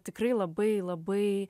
tikrai labai labai